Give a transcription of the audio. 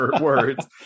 words